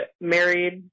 married